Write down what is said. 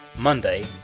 Monday